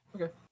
Okay